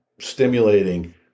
stimulating